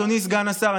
אדוני סגן השר,